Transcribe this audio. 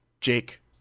Jake